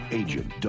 agent